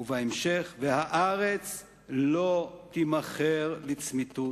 ובהמשך: "והארץ לא תמכר לצמתת